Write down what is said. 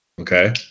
Okay